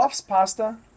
pasta